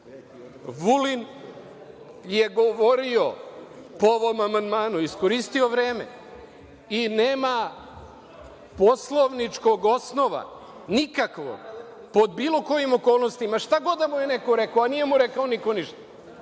Vulin, je govorio po ovom amandmanu, iskoristio vreme, i nema poslovničkog osnova, nikakvog, pod bilo kojim okolnostima, šta god da mu je neko rekao, a nije mu rekao niko ništa,